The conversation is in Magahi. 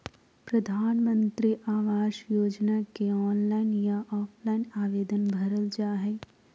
प्रधानमंत्री आवास योजना के ऑनलाइन या ऑफलाइन आवेदन भरल जा हइ